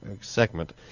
segment